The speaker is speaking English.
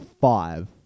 five